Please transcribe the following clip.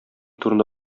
турында